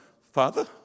Father